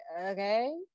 okay